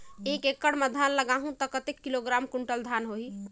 एक एकड़ मां धान लगाहु ता कतेक किलोग्राम कुंटल धान होही?